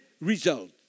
result